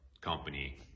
company